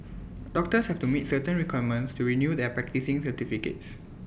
doctors have to meet certain requirements to renew their practising certificates